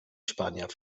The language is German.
spanier